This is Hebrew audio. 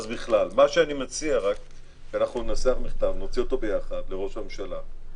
אני מציע שננסח מכתב לראש הממשלה,